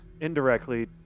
Indirectly